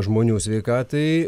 žmonių sveikatai